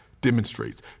demonstrates